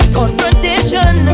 confrontation